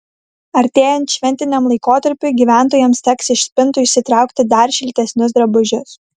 artėjant šventiniam laikotarpiui gyventojams teks iš spintų išsitraukti dar šiltesnius drabužius